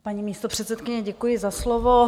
Paní místopředsedkyně, děkuji za slovo.